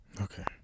Okay